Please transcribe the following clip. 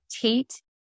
Tate